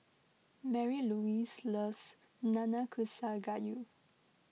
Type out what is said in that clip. Marylouise loves Nanakusa Gayu